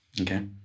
Okay